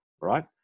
right